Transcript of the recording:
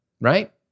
Right